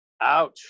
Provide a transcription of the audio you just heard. Ouch